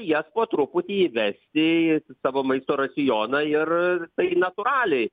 jas po truputį įvesti į savo maisto racioną ir ir tai natūraliai